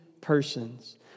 persons